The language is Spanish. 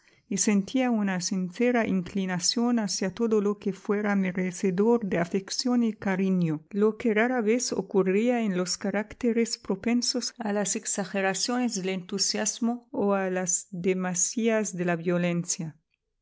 y sentía una sincera inclinación hacia todo lo que fuera merecedor de afección y cariño lo que rara vez ocurría en los caracteres propensos a las exageraciones del entusiasmo o a las demasías de la violencia